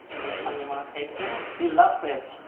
wilson, you want to taste it? he loves it!